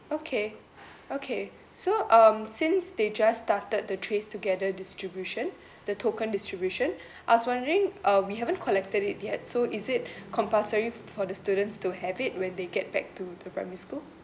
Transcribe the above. okay okay so um since they just started the tracetogether distribution the token distribution I was wondering uh we haven't collected it yet so is it compulsory f~ for the students to have it when they get back to to primary school